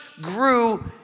grew